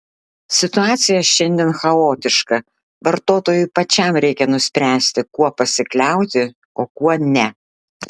situacija šiandien chaotiška vartotojui pačiam reikia nuspręsti kuo pasikliauti o kuo ne